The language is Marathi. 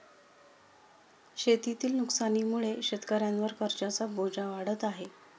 शेतीतील नुकसानीमुळे शेतकऱ्यांवर कर्जाचा बोजा वाढत आहे